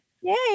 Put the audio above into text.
Yay